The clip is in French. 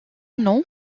nom